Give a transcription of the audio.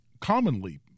commonly